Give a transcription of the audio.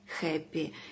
happy